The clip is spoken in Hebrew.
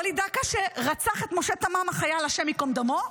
וליד דקה, שרצח את החייל משה תמם, השם ייקום דמו.